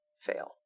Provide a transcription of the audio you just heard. fail